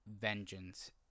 vengeance